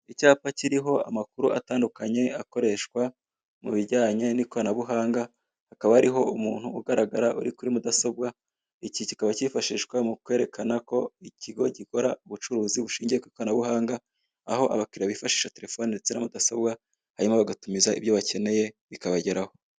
Icyapa kiriho amakuru atandukanye atandukanye akoreshwa mu bijyanye n'ikoranabuhanga hakaba hariho umuntu ugaragara uri kur mudasobwa. Iki kikaba kifashishwa mumkwerekana ko ikigo gikora ubucuruzi bushingiye ku ikoranabuhanga, aho abakiriya bifashisha telefone ndetse na mudasobwa, hanyuma bagatumuza ibyo bakeneye bikabageraho.